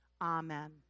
Amen